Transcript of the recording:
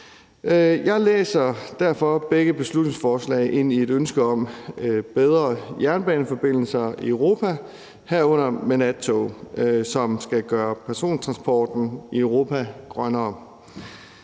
Jeg læser derfor begge beslutningsforslag ind i et ønske om bedre jernbaneforbindelser i Europa, herunder med nattog, som skal gøre persontransporten i Europa grønnere.